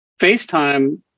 FaceTime